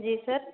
जी sir